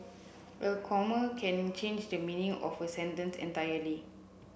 a comma can change the meaning of a sentence entirely